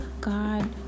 God